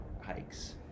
hikes